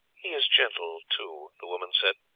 he is gentle too, the woman said.